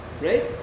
right